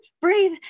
breathe